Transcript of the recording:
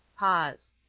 pause.